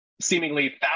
seemingly